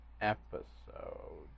episode